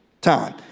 time